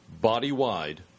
body-wide